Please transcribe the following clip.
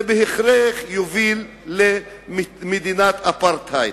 זה בהכרח יוביל למדינת אפרטהייד.